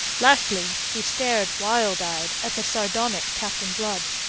lastly, he stared wild-eyed at the sardonic captain blood.